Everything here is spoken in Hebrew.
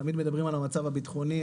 תמיד מדברים על המצב הביטחוני,